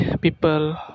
people